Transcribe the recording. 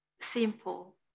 simple